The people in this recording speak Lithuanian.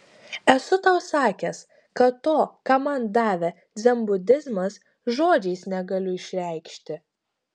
esu tau sakęs kad to ką man davė dzenbudizmas žodžiais negaliu išreikšti